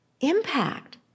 impact